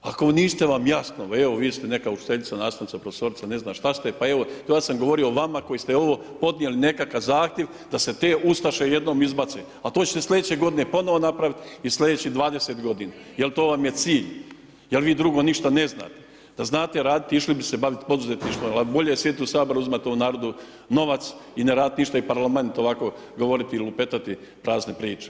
Ako niste vam jasno, evo, vi ste neka učiteljica, nastavnica, profesorica, ne znam šta ste, pa evo, ja sam govorio o vama koji ste ovo podnijeli nekakav zahtjev da se te ustaše jednom izbace, al, to ćete sledeće godine ponovo napraviti i sledećih 20 godina, jel to vam je cilj, jel vi drugo ništa ne znate, da znate raditi, išli bi se baviti poduzetništvom, al, bolje sjediti u Saboru i uzimati ovom narodu novac i ne raditi ništa i parlament ovako govoriti i lupetati prazne priče.